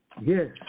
Yes